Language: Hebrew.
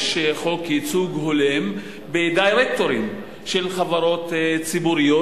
יש חוק ייצוג הולם בדירקטוריונים של חברות ציבוריות,